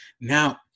Now